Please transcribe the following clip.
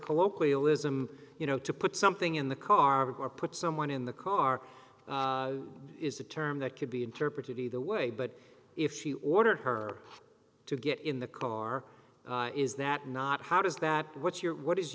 colloquialism you know to put something in the car or put someone in the car is a term that could be interpreted either way but if she ordered her to get in the car is that not how does that what you're what is